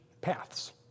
paths